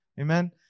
Amen